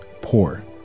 poor